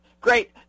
great